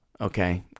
okay